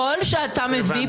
למה?